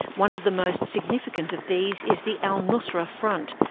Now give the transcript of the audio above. one of the most significant of these is the al-nusra front,